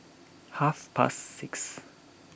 half past six